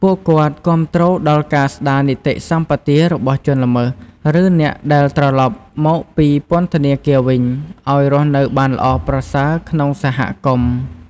ពួកគាត់គាំទ្រដល់ការស្តារនីតិសម្បទារបស់ជនល្មើស ឬអ្នកដែលត្រឡប់មកពីពន្ធនាគារវិញ ឲ្យរស់នៅបានល្អប្រសើរក្នុងសហគមន៍។